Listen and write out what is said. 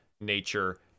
nature